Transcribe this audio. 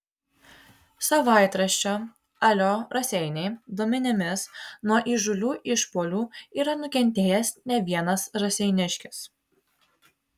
savaitraščio alio raseiniai duomenimis nuo įžūlių išpuolių yra nukentėjęs ne vienas raseiniškis